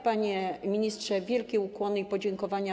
Panie ministrze, wielkie ukłony i podziękowania.